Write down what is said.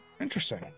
interesting